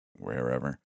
wherever